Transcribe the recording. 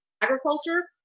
agriculture